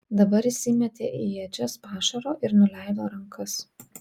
dabar jis įmetė į ėdžias pašaro ir nuleido rankas